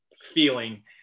feeling